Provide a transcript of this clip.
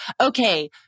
okay